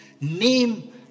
name